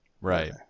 Right